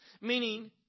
meaning